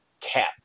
cap